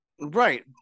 Right